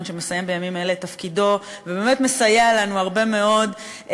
שמסיים בימים אלה את תפקידו ובאמת מסייע לנו הרבה מאוד.